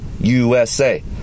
USA